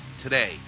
today